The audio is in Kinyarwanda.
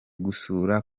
gusura